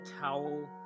towel